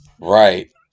Right